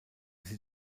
sie